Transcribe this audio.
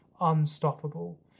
unstoppable